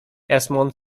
esmond